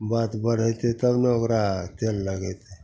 बात बढ़ेतै तब ने ओकरा तेल लगेतै